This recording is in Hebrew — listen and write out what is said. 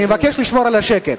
אני מבקש לשמור על השקט.